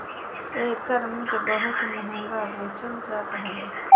एकर मिट बहुते महंग बेचल जात हवे